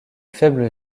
faible